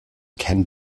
can